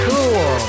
Cool